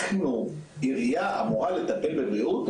אנחנו, עירייה, אמורים לטפל בבריאות?